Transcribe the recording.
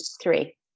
three